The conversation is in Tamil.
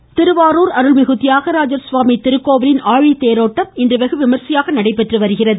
கோவில் திருவாரூர் அஅுள்மிகு தியாகராஜர் திருக்கோவிலின் ஆழித்தேரோட்டம் இன்று வெகு விமர்சையாக நடைபெற்று வருகிறது